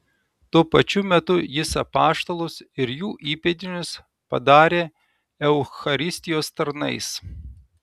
tuo pačiu metu jis apaštalus ir jų įpėdinius padarė eucharistijos tarnais